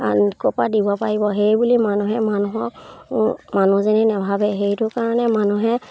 আন ক'ৰপৰা দিব পাৰিব সেইবুলি মানুহে মানুহক মানুহ যেনেই নাভাবে সেইটো কাৰণে মানুহে